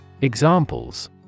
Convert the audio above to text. Examples